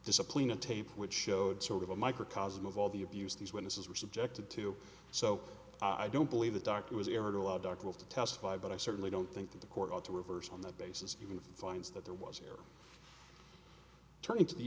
discipline on tape which showed sort of a microcosm of all the abuse these witnesses were subjected to so i don't believe the doctor was ever to allow doctors to testify but i certainly don't think that the court ought to reverse on the basis of even finds that there was there turning to the